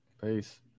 Peace